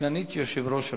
סגנית יושב-ראש הכנסת.